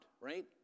right